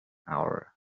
hour